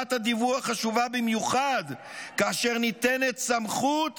שחובת הדיווח חשובה במיוחד כאשר ניתנת סמכות